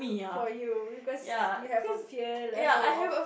for you because you have a fear level of